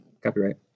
copyright